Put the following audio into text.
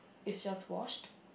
is just washed